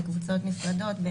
לקבוצות נפרדות,